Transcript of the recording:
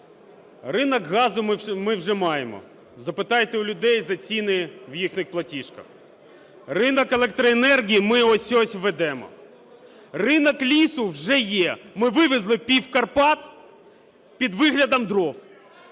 Ринок газу ми вже маємо. Запитайте у людей за ціни в їхніх платіжках. Ринок електроенергії ми ось-ось введемо. Ринок лісу вже є – ми вивезли пів Карпат під виглядом дров!